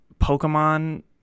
Pokemon